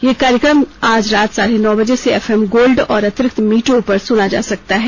यह कार्यक्रम आज रात साढ़े नौ बजे से एफएम गोल्ड और अतिरिक्त मीटरों पर सुना जा सकता है